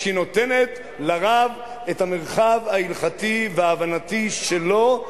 - שהיא נותנת לרב את המרחב ההלכתי וההבנתי שלו,